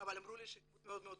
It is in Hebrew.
אבל אמרו לי שהיא דמות מאוד מוכרת.